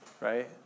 right